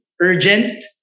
Urgent